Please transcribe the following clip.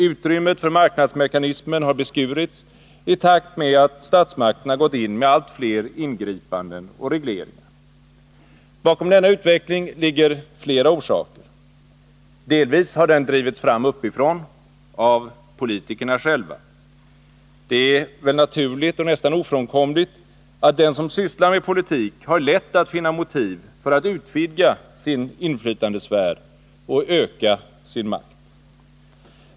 Utrymmet för marknadsmekanismen har beskurits i takt med att statsmakterna gått in med allt fler ingripanden och regleringar. Denna utveckling har flera orsaker. Delvis har den drivits fram uppifrån, av politikerna själva. Det är väl naturligt och nästan ofrånkomligt att den som sysslar med politik har lätt att finna motiv för att utvidga sin inflytandesfär och öka sin makt.